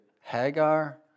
Hagar